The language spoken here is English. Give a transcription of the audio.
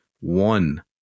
one